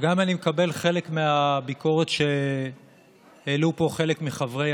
וגם אם אני מקבל חלק מהביקורת שהעלו פה חלק מחברי